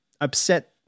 upset